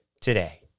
today